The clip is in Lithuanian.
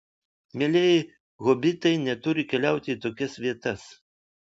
mielieji hobitai neturi keliauti į tokias vietas